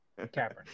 Kaepernick